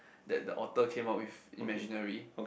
that the author came out with imaginary